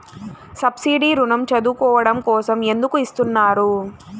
Subsidy ఋణం చదువుకోవడం కోసం ఎందుకు ఇస్తున్నారు?